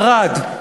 ערד,